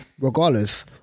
Regardless